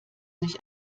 sich